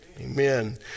Amen